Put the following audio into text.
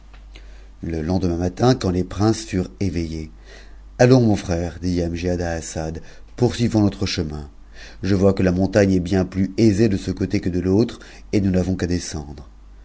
le lendemain matin quand les princes furent éveillés auons nn frère dit amgiad à assad poursuivons notre chemin je vois que la nionh gne est bien plus aisée de ce côte que de l'autre et nous n'avons m descendre